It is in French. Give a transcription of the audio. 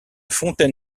fontaine